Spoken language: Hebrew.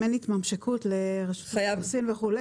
אם אין התממשקות לרשות האוכלוסין וכו',